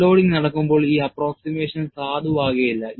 Unloading നടക്കുമ്പോൾ ഈ approximations സാധുവാകില്ല